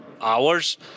hours